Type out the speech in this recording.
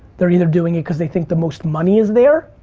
they're either doing it cause they think the most money is there,